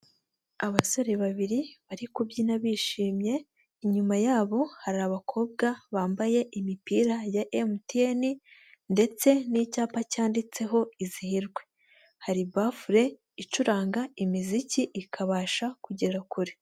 Abasore babiri bari kubyina bishimye, inyuma yabo hari abakobwa bambaye imipira ya MTN ndetse n'icyapa cyanditseho izihirwe, hari bufure icuranga imiziki ikabasha kugera kure.